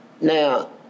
Now